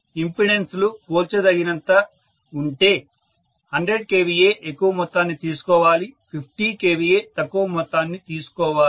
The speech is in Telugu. ఇంపెడెన్స్ లు పోల్చగలిగినంత ఉంటే 100 kVA ఎక్కువ మొత్తాన్ని తీసుకోవాలి 50 kVA తక్కువ మొత్తాన్ని తీసుకోవాలి